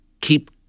keep